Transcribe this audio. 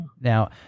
Now